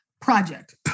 project